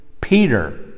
Peter